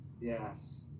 Yes